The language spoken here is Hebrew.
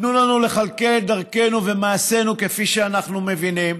תנו לנו לכלכל את דרכנו ומעשינו כפי שאנחנו מבינים,